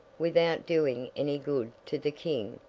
without doing any good to the king,